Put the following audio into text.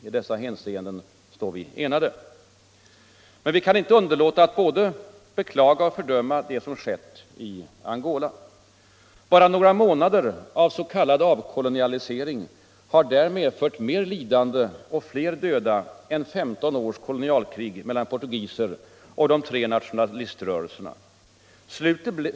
I dessa hänseenden står vi enade. Men vi kan inte underlåta att både beklaga och fördöma det som skett i Angola. Bara några månader av s.k. avkolonialisering har där medfört debatt och valutapolitisk debatt mer lidande och fler döda än femton års kolonialkrig mellan portugiser och de tre nationaliströrelserna.